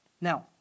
Now